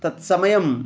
तत् समयः